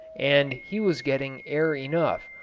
and he was getting air enough,